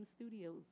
Studios